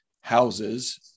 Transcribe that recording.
houses